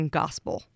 gospel